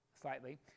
slightly